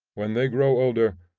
when they grow older,